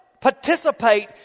participate